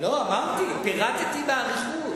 אמרתי, פירטתי באריכות.